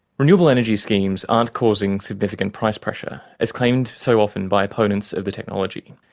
renewable energy schemes aren't causing significant price pressure, as claimed so often by opponents of the technology.